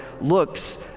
looks